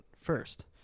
first